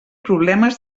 problemes